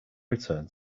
return